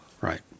right